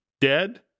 dead